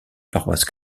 paroisse